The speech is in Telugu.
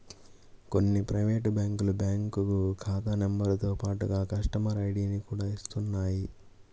కొన్ని ప్రైవేటు బ్యాంకులు బ్యాంకు ఖాతా నెంబరుతో పాటుగా కస్టమర్ ఐడిని కూడా ఇస్తున్నాయి